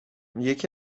یکی